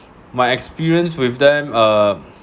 my experience with them um